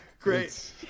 Great